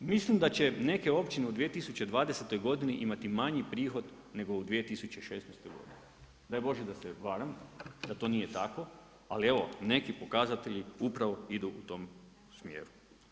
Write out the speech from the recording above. Mislim da će neke općine u 2020. g. imati manji prihod nego u 2016. g. Daj Bože da se varam, a to nije tako, ali evo neki pokazatelji upravo idu u tom smjeru.